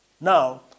Now